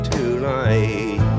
Tonight